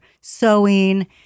sewing